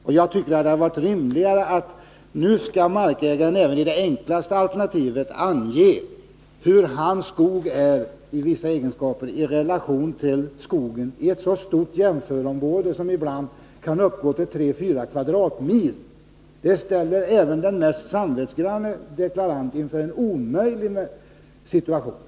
Nu skall markägaren även beträffande det enklaste alternativet ange vilka egenskaper hans skog har jämförd med skogen i ett område som ibland kan omfatta 3-4 kvadratmil. Detta ställer även den mest samvetsgranne deklarant inför en omöjlig situation.